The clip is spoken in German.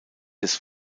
des